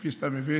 כפי שאתה מבין,